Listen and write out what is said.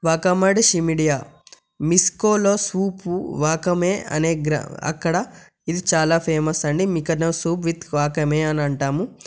వకమడిసిమిడియా మిస్కోలో soup wakame అనే అక్కడ ఇది చాలా ఫేమస్ అండి మికసో సూప్ విత్ వాకమే అని అంటాము